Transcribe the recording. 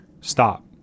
stop